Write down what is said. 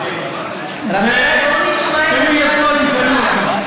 בואו נשמע את כבוד השר.